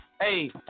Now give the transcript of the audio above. Hey